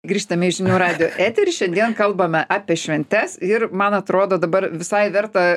grįžtame į žinių radijo eterį šiandien kalbame apie šventes ir man atrodo dabar visai verta